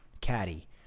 caddy